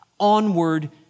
Onward